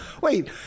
Wait